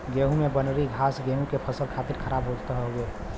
गेंहू में बनरी घास गेंहू के फसल खातिर खराब होत हउवे